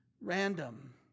random